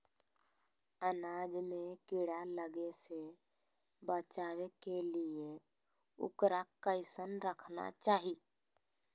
अनाज में कीड़ा लगे से बचावे के लिए, उकरा कैसे रखना चाही?